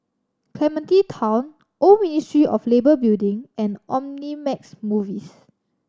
Clementi Town Old Ministry of Labour Building and Omnimax Movies